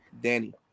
danny